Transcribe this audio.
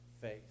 faith